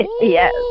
Yes